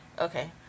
Okay